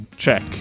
check